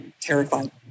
terrified